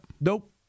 Nope